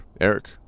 Eric